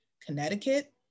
Connecticut